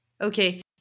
Okay